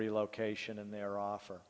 relocation and their offer